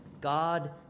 God